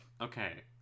Okay